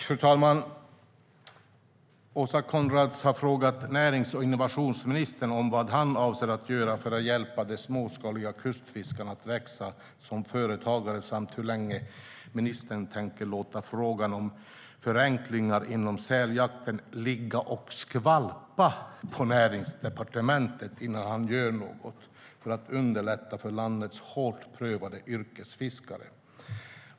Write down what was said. Fru talman! Åsa Coenraads har frågat närings och innovationsministern om vad han avser att göra för att hjälpa de småskaliga kustfiskarna att växa som företagare samt hur länge ministern tänker låta frågan om förenklingar inom säljakten ligga och skvalpa på Näringsdepartementet innan han gör något för att underlätta för landets hårt prövade yrkesfiskare.